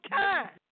time